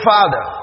Father